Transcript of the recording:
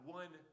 one